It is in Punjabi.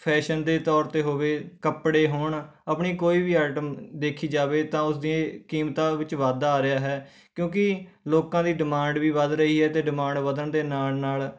ਫੈਸ਼ਨ ਦੇ ਤੌਰ 'ਤੇ ਹੋਵੇ ਕੱਪੜੇ ਹੋਣ ਆਪਣੀ ਕੋਈ ਵੀ ਆਇਟਮ ਦੇਖੀ ਜਾਵੇ ਤਾਂ ਉਸਦੀ ਕੀਮਤਾਂ ਵਿੱਚ ਵਾਧਾ ਆ ਰਿਹਾ ਹੈ ਕਿਉਂਕਿ ਲੋਕਾਂ ਦੀ ਡਿਮਾਂਡ ਵੀ ਵੱਧ ਰਹੀ ਹੈ ਅਤੇ ਡਿਮਾਂਡ ਵਧਣ ਦੇ ਨਾਲ ਨਾਲ